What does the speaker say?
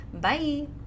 Bye